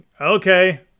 Okay